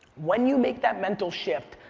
when you make that mental shift,